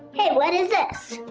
hey what is this?